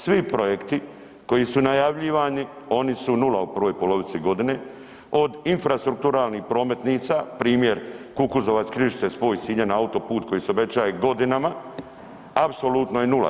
Svi projekti koji su najavljivani oni su nula u prvoj polovici godine od infrastrukturalnih prometnica primjer Kukuzovac – Križice, spoj Sinja na autoput koji se obećaje godinama apsolutno je nula.